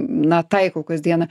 na taikau kas dieną